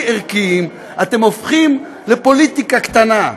ערכיים אתם הופכים לפוליטיקה קטנה?